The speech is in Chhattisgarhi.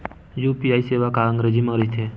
यू.पी.आई सेवा का अंग्रेजी मा रहीथे?